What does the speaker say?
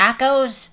tacos